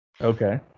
Okay